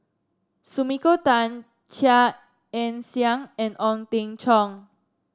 Sumiko Tan Chia Ann Siang and Ong Teng Cheong